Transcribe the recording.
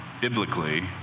biblically